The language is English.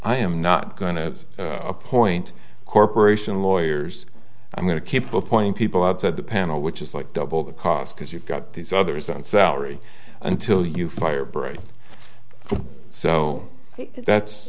i am not going to appoint a corporation lawyers i'm going to keep appoint people outside the panel which is like double the cost because you've got these others on salary until you fire break so that's